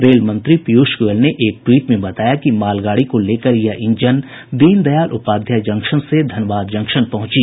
rail मंत्री पीयूष गोयल ने एक ट्वीट में बताया कि मालगाड़ी को लेकर यह ईंजन दीन दयाल उपाध्याय जंक्शन से धनबाद जंक्शन पहुंची